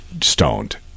stoned